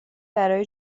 برای